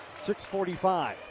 6.45